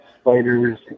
spiders